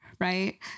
right